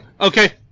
Okay